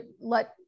let